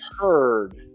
heard